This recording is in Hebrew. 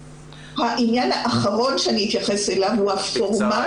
עניין אחרון שאני אתייחס אליו הוא הפורמט